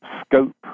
scope